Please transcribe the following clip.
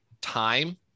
time